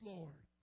Lord